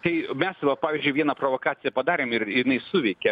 tai mes va pavyzdžiui vieną provokaciją padarėm ir jinai suveikė